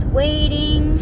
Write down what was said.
waiting